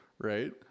right